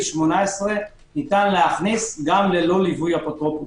18 ניתן להכניס גם ללא ליווי אפוטרופוס.